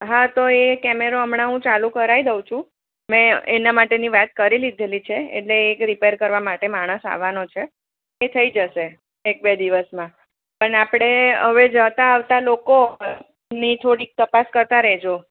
હા તો એ કેમેરો હું હમણાં ચાલુ કરાવી દઉં છું મેં એના માટેની વાત કરી લીધેલી છે એટલે એ રિપેર કરવા માટે માણસ આવવાનો છે એ થઈ જશે એક બે દિવસમાં પણ આપણે હવે જતા આવતા લોકો ની થોડીક તપાસ કરતા રહેજો